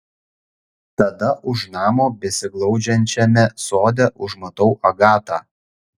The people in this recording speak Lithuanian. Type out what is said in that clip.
tada už namo besiglaudžiančiame sode užmatau agatą